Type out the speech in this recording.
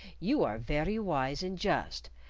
you are very wise and just,